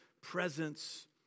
presence